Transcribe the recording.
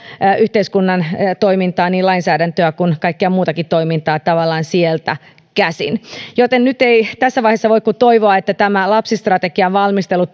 yhteiskunnan toimintaa niin lainsäädäntöä kuin kaikkea muutakin toimintaa tavallaan sieltä käsin joten nyt ei tässä vaiheessa voi kuin toivoa että tämä lapsistrategian valmistelu